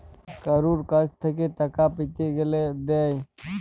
কারুর কাছ থেক্যে টাকা পেতে গ্যালে দেয়